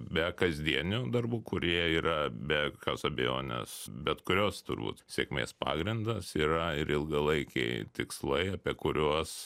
be kasdienių darbų kurie yra be jokios abejonės bet kurios turbūt sėkmės pagrindas yra ir ilgalaikiai tikslai apie kuriuos